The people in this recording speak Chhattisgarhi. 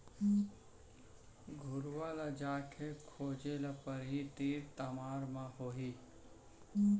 गरूवा ल जाके खोजे ल परही, तीर तखार म होही ग